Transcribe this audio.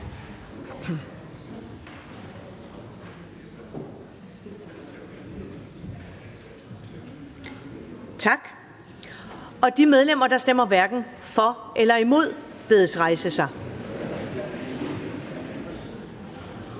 Tak. De medlemmer, der stemmer hverken for eller imod, bedes rejse sig.